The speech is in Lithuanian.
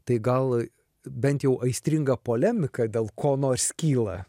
tai gal bent jau aistringa polemika dėl ko nors kyla